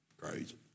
Crazy